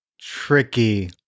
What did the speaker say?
tricky